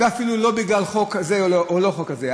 ואפילו לא בגלל חוק כזה או לא חוק כזה.